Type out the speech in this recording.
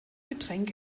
getränk